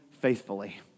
faithfully